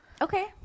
okay